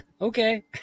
Okay